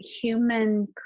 human